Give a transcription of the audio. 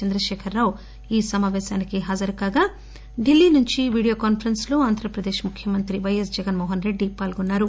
చంద్రకేఖరరావు ఈ సమాపేశానికి హాజరుకాగా ఢిల్లీ నుంచి వీడియో కాన్సరెస్స్ లో ఆంధ్రప్రదేశ్ ముఖ్యమంత్రి వైఎస్ జగన్ మోహన్ రెడ్డి పాల్గొన్నారు